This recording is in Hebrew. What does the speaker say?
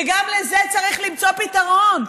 וגם לזה צריך למצוא פתרון.